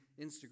Instagram